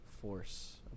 force